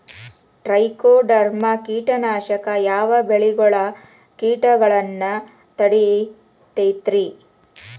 Trichoderma ಕೇಟನಾಶಕ ಯಾವ ಬೆಳಿಗೊಳ ಕೇಟಗೊಳ್ನ ತಡಿತೇತಿರಿ?